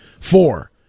Four